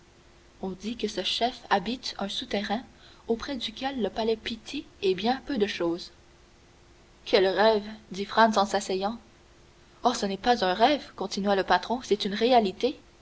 on dit que ce chef habite un souterrain auprès duquel le palais pitti est bien peu de chose quel rêve dit franz en se rasseyant oh ce n'est pas un rêve continua le patron c'est une réalité